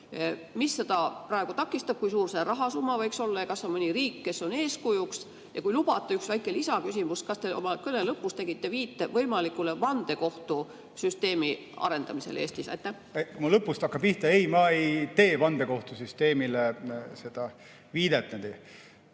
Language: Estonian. Mis seda praegu takistab? Kui suur see rahasumma võiks olla? Kas on mõni riik, kes on eeskujuks? Ja kui lubate ühe väikese lisaküsimuse: kas te oma kõne lõpus tegite viite võimalikule vandekohtusüsteemi arendamisele Eestis? Ma hakkan lõpust pihta: ei, ma ei teinud viidet vandekohtusüsteemile. Ma arvan, et